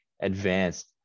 advanced